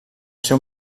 seu